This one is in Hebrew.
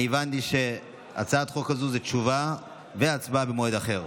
הבנתי שבהצעת חוק זו התשובה וההצבעה יהיו במועד אחר.